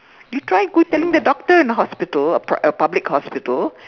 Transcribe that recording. you try go telling the doctor in a hospital a public hospital